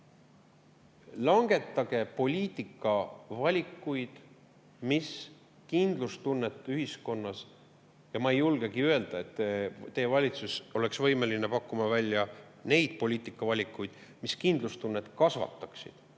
langetage poliitikavalikuid, mis kindlustunnet ühiskonnas – ma ei julgegi öelda, et teie valitsus oleks võimeline pakkuma välja poliitikavalikuid, mis kindlustunnet kasvataksid.